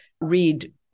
read